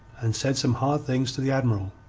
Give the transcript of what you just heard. and said some hard things to the admiral.